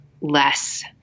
less